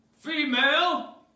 Female